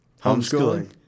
Homeschooling